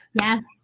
Yes